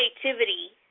creativity